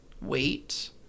wait